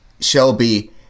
Shelby